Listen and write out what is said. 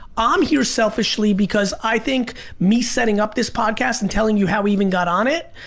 um here selfishly, because i think me setting up this podcast and telling you how we even got on it,